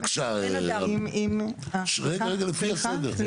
בבקשה, רגע, לפי הסדר.